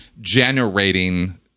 generating